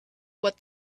what